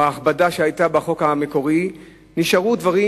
מההכבדה שהיתה בחוק המקורי נשארו דברים